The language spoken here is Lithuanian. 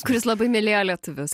kuris labai mylėjo lietuvius